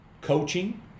coaching